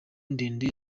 ndende